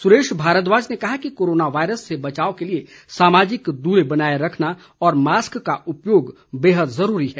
सुरेश भारद्वाज ने कहा कि कोरोना वायरस से बचाव के लिए सामाजिक दूरी बनाए रखना और मास्क का उपयोग बेहद जरूरी है